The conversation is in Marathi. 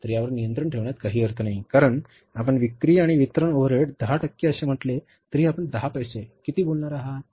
तर यावर नियंत्रण ठेवण्यात काही अर्थ नाही कारण आपण विक्री आणि वितरण ओव्हरहेड 10 टक्के असे म्हटले तरीही आपण 10 पैसे किती बोलणार आहात